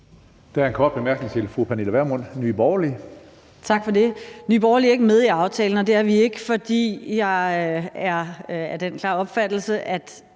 Der er en kort bemærkning til fru Pernille Vermund, Nye Borgerlige. Kl. 14:50 Pernille Vermund (NB): Tak for det. Nye Borgerlige er ikke med i aftalen, og det er vi ikke, fordi jeg er af den klare opfattelse, på